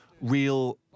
real